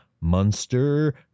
monster